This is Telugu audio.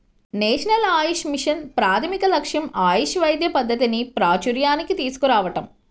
నేషనల్ ఆయుష్ మిషన్ ప్రాథమిక లక్ష్యం ఆయుష్ వైద్య పద్ధతిని ప్రాచూర్యానికి తీసుకురావటం